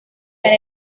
when